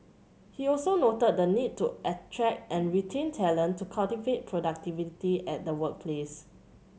he also noted the need to attract and retain talent to cultivate productivity at the workplace